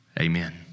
amen